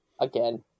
Again